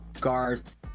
Garth